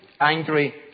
angry